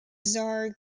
tsar